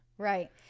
Right